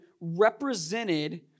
represented